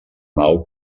nau